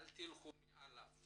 אל תלכו מעליו.